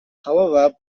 however